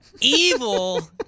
Evil